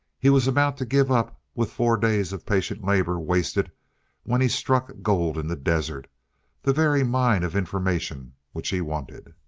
he was about to give up with four days of patient labor wasted when he struck gold in the desert the very mine of information which he wanted.